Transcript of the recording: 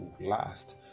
last